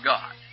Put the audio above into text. God